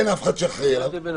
אין אף אחד שאחראי עליו.